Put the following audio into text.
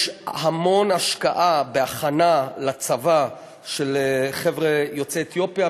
יש המון השקעה בהכנה לצבא של חבר'ה יוצאי אתיופיה,